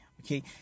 okay